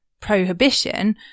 prohibition